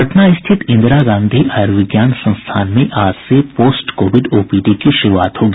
पटना रिथत इंदिरा गांधी आयूर्विज्ञान संस्थान में आज से पोस्ट कोविड ओपीडी की शुरूआत होगी